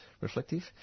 reflective